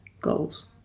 goals